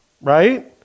right